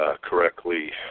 Correctly